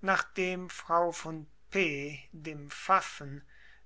nachdem frau von p dem pfaffen